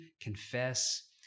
confess